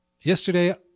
Yesterday